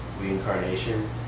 reincarnation